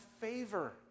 favor